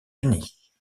unis